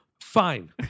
Fine